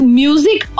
music